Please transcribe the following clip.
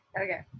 okay